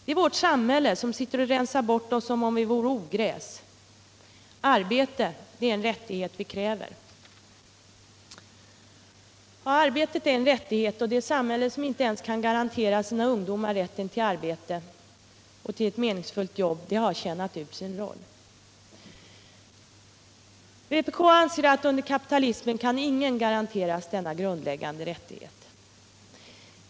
Det är vårt samhälle som sitter och rensar bort oss som om vi vore ogräs. Arbete är en rättighet vi kräver.” Ja, arbetet är en rättighet och det samhälle som inte ens kan garantera sina ungdomar rätten till ett meningsfullt jobb har tjänat ut sin roll. Vpk anser att under kapitalismen kan ingen garanteras denna grundläggande rättighet.